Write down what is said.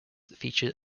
feature